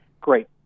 great